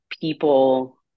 people